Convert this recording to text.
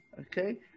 Okay